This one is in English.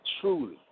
truly